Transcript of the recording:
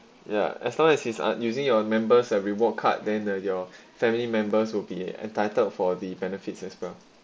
ya as long as he's uh using your members and reward card then the your family members will be entitled for the benefits as well